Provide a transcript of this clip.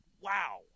Wow